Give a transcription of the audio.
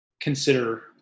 consider